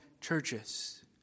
churches